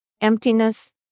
emptiness